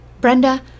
Brenda